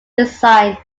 design